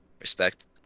respect